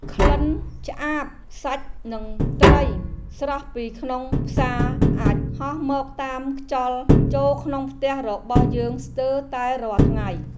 ក្លិនឆ្អាតសាច់និងត្រីស្រស់ពីក្នុងផ្សារអាចហោះមកតាមខ្យល់ចូលក្នុងផ្ទះរបស់យើងស្ទើរតែរាល់ថ្ងៃ។